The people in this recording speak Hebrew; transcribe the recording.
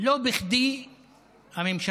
לא בכדי הממשלה